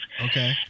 Okay